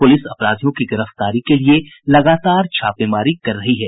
police अपराधियों की गिरफ्तारी के लिये लगातार छापेमारी कर रही है